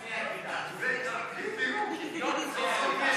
את הנושא לוועדת הכלכלה